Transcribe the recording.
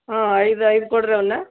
ಹಾಂ ಐದು ಐದು ಕೊಡಿರಿ ಒಂದು